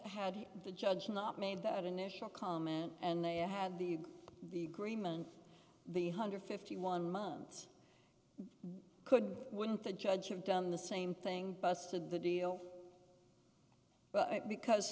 had the judge not made that initial comment and they had the the greenman the hundred fifty one months couldn't wouldn't the judge have done the same thing busted the deal but because